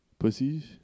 Pussies